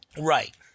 Right